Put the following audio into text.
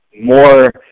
more